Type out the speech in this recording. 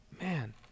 Man